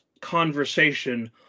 conversation